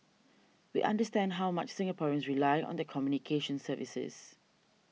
we understand how much Singaporeans rely on their communications services